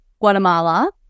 Guatemala